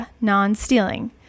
non-stealing